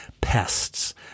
pests